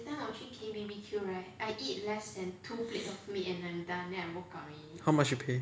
how much you pay